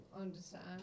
understand